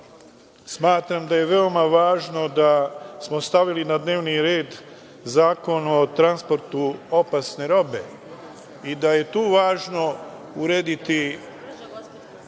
smatram da je veoma važno da smo stavili na dnevni red Zakon o transportu opasne robe i da je tu važno urediti